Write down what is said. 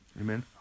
Amen